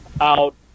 out